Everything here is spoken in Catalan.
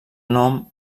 nom